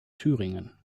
thüringen